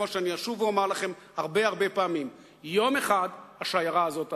כמו שאשוב ואומר לכם הרבה הרבה פעמים: יום אחד השיירה הזאת תעצור.